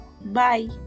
Bye